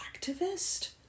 activist